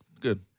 Good